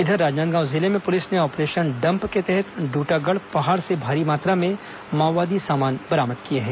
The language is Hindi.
इधर राजनांदगांव जिले में पुलिस ने ऑपरेशन डम्प के तहत ड्वटागढ़ पहाड़ से भारी मात्रा में माओवादी सामान बरामद किया है